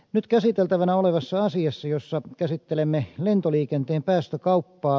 nyt käsiteltävänä olevassa asiassa jossa käsittelemme lentoliikenteen päästökauppa